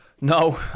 No